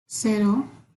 cero